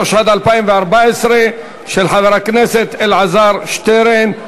ותעבר לוועדת הכלכלה להכנתה לקריאה ראשונה, רבותי.